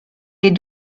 les